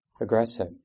aggressive